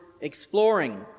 exploring